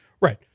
Right